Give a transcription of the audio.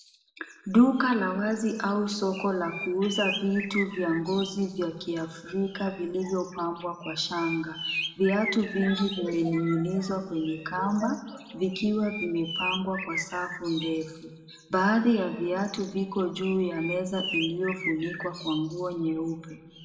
Duka la wazi au soko la kuuza vitu vya ngozi vya kiafrika vilivyopambwa kwa shanga. Viatu vingi vimeningzwa kwenye kamba vikiwa vimepangwa kwa safu ndefu. Baadhi ya viatu viko juu ya meza iliyofunikwa kwa nguo nyeupe.